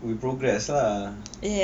will progress ah